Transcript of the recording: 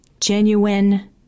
Genuine